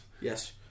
Yes